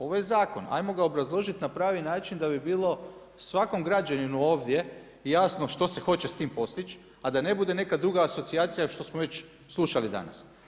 Ovo je zakon, hajmo ga obrazložit na pravi način da bi bilo svakom građaninu ovdje jasno što se hoće s tim postići, a da ne bude neka druga asocijacija što smo već slušali danas.